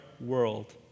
world